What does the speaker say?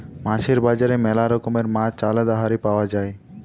মাছের বাজারে ম্যালা রকমের মাছ আলদা হারে পাওয়া যায়